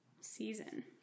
season